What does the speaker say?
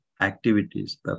activities